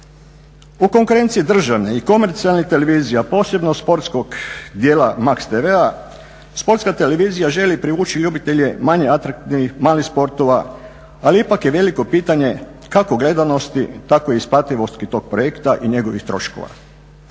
U konkurenciji državnih i komercijalnih televizija posebno sportskog dijela MAX TV-a, Sportska televizija želi privući ljubitelje manje atraktivnih malih sportova, ali ipak je veliko pitanje kako gledanosti tako i isplativosti tog projekta i njegovih troškova.